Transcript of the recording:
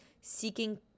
seeking –